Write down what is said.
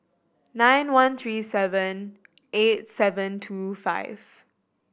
nine one three seven eight seven two five